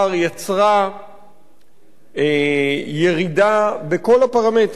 יצרה ירידה בכל הפרמטרים,